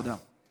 תודה.